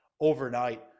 overnight